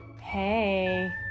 Hey